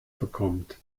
bekommt